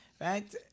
Right